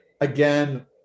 again